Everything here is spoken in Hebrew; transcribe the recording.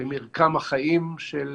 במרקם החיים של